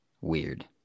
weird